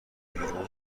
بیرون